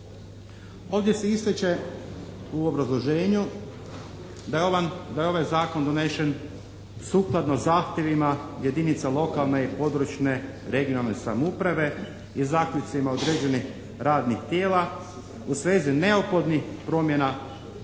Ovdje se ističe u obrazloženju da je ovaj Zakon donesen sukladno zahtjevima jedinica lokalne i područne (regionalne) samouprave i zaključcima određenih radnih tijela u svezi neophodnih promjena raspodjela.